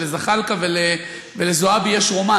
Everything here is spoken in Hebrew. שלזחאלקה ולזועבי יש רומן,